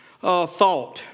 thought